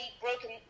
broken